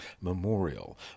Memorial